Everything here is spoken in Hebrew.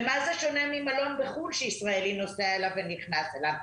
במה זה שונה ממלון בחו"ל שישראלי נוסע אליו ונכנס אליו?